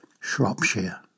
Shropshire